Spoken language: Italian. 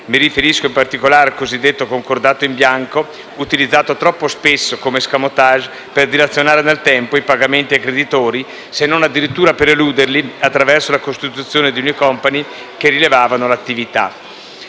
Mi riferisco in particolare al cosiddetto concordato in bianco, utilizzato troppo spesso come *escamotage* per dilazionare nel tempo i pagamenti ai creditori, se non addirittura per eluderli, attraverso la costituzione di *new company* che rilevavano l'attività.